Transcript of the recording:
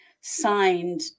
signed